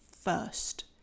first